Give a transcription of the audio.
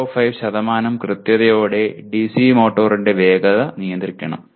05 കൃത്യതയോടെ ഡിസി മോട്ടോറിന്റെ വേഗത നിയന്ത്രിക്കണം